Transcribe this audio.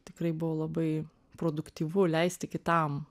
tikrai buvo labai produktyvu leisti kitam